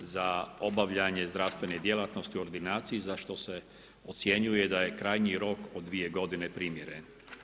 za obavljanje zdravstvene djelatnosti u ordinaciji za što se ocjenjuje da je krajnji rok od 2 godine primjeren.